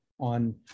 on